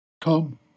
come